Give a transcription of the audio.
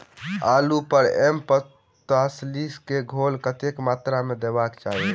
आलु पर एम पैंतालीस केँ घोल कतेक मात्रा मे देबाक चाहि?